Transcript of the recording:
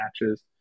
matches